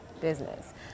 business